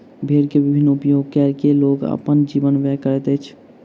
भेड़ के विभिन्न उपयोग कय के लोग अपन जीवन व्यय करैत अछि